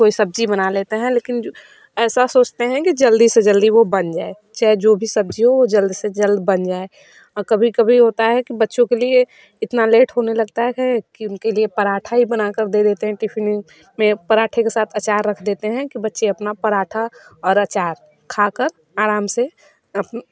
कोई सब्ज़ी बना लेते हैं लेकिन ऐसा सोचते हैं कि जल्दी से जल्दी वह बन जाए चाहे जो भी सब्ज़ी हो वह जल्द से जल्द बन जाए और कभी कभी होता है कि बच्चों के लिए इतना लेट होने लगता है की कि उनके लिए पराँठा ही बनाकर दे देते हैं टिफ़िन में में पराँठे के साथ अचार रख देते हैं कि बच्चे अपना पराँठा और अचार खाकर आराम से अप